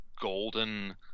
golden